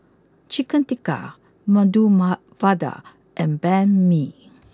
Chicken Tikka Medu Ma Vada and Banh Mi